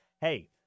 Hey